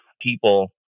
People